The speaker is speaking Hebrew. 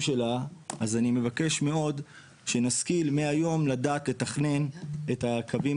אז אני מבקש מאוד שנשכיל מהיום לדעת לתכנן את הקווים